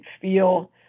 feel